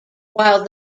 while